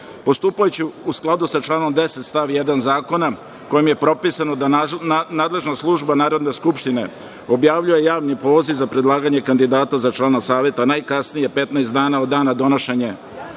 ostavke. Postupajući u skladu sa članom 10. stav 1. Zakona kojim je propisano da nadležna služba Narodne skupštine objavljuje javni poziv za predlaganje kandidata za člana Saveta najkasnije 15 dana od dana podnošenja